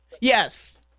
Yes